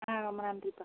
ஆ ரொம்ப நன்றிப்பா